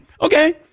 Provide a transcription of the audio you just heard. Okay